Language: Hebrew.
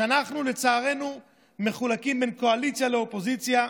שאנחנו לצערנו מחולקים בין קואליציה לאופוזיציה,